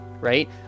right